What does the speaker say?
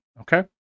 Okay